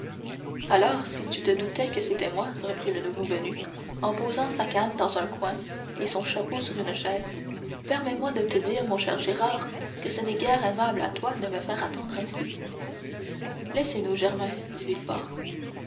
alors si tu te doutais que c'était moi reprit le nouveau venu en posant sa canne dans un coin et son chapeau sur une chaise permets-moi de te dire mon cher gérard que ce n'est guère aimable à toi de me faire attendre ainsi laissez-nous germain dit